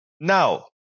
Now